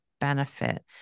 benefit